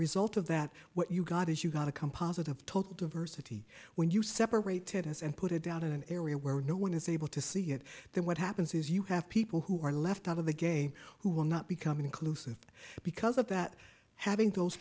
result of that what you've got is you've got a composite of total diversity when you separate tennis and put it out in an area where no one is able to see it then what happens is you have people who are left out of the game who will not become inclusive because of that having those